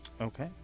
Okay